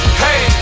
hey